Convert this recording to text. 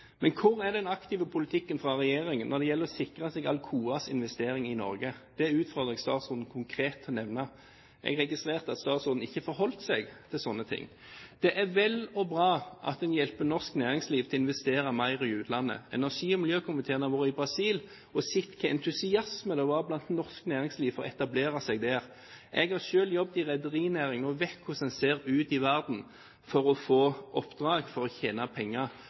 Men hvor er den aktive politikken fra regjeringen når det gjelder å sikre seg Alocas investering i Norge? Det utfordrer jeg statsråden til konkret å nevne. Jeg registrerte at statsråden ikke forholdt seg til sånne ting. Det er vel og bra at en hjelper norsk næringsliv til å investere mer i utlandet. Energi- og miljøkomiteen har vært i Brasil og sett hvilken entusiasme det var blant norsk næringsliv for å etablere seg der. Jeg har selv jobbet i rederinæringen og vet hvordan det ser ut i verden for å få oppdrag, for å tjene penger.